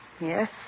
Yes